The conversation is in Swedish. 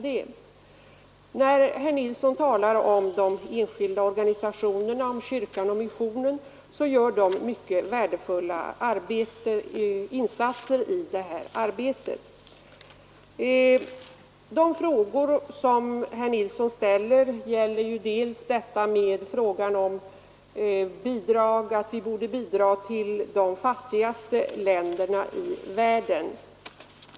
Herr Nilsson i Agnäs talar om de enskilda organisationerna, kyrkan och missionen, och jag vill gärna säga att de gör mycket värdefulla insatser i detta arbete. De frågor som herr Nilsson ställer gäller ju bl.a. att vi borde ge bidrag till de fattigaste länderna i världen.